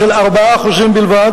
של 4% בלבד.